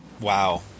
Wow